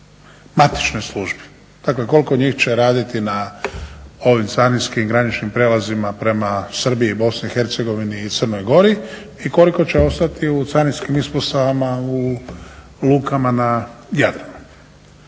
matičnoj službi. Dakle koliko njih će raditi na ovim carinskim graničnim prijelazima prema Srbiji, Bosni i Hercegovini i Crnoj Gori i koliko će ostati u carinskim ispostavama u lukama na Jadranu.